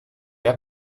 have